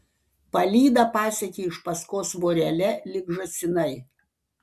palyda pasekė iš paskos vorele lyg žąsinai